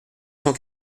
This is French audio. cent